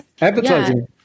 Advertising